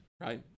right